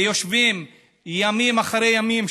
ויושבים ימים אחרי ימים,